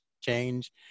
change